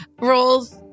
roles